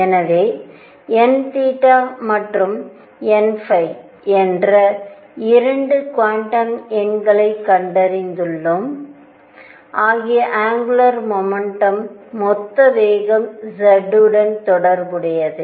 எனவேn மற்றும்n என்ற 2 குவாண்டம் எண்களைக் கண்டறிந்துள்ளோம் ஆகிய அங்குலார் மொமெண்டம் மொத்த வேகமும் z உடன் தொடர்புடையது